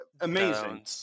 Amazing